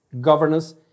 governance